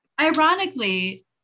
ironically